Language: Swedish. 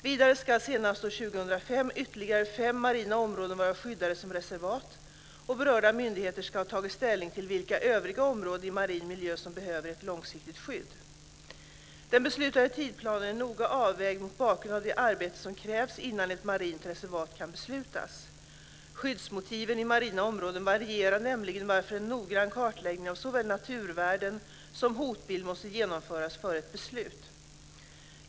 Vidare ska senast år 2005 ytterligare fem marina områden vara skyddade som reservat och berörda myndigheter ska ha tagit ställning till vilka övriga områden i marin miljö som behöver ett långsiktigt skydd. Den beslutade tidsplanen är noga avvägd mot bakgrund av det arbete som krävs innan ett marint reservat kan beslutas. Skyddsmotiven i marina områden varierar nämligen, varför en noggrann kartläggning av såväl naturvärden som hotbild måste genomföras före ett beslut.